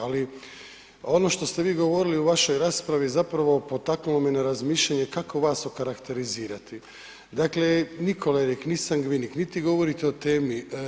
Ali ono što ste vi govorili u vašoj raspravi zapravo potaknulo me na razmišljanje kako vas okarakterizirati, dakle, ni kolerik, ni sangvinik, niti govorite o temi.